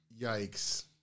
Yikes